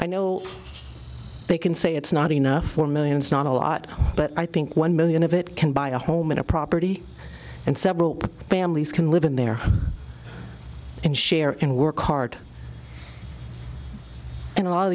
i know they can say it's not enough for millions not a lot but i think one million of it can buy a home and a property and several families can live in their home and share and work hard and a